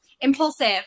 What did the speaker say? impulsive